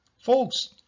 Folks